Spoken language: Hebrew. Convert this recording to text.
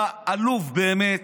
אתה עלוב באמת.